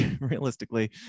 realistically